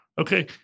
okay